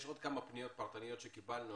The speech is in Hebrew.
יש עוד כמה פניות פרטניות שקיבלנו,